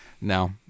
No